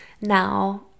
now